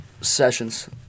sessions